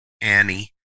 Annie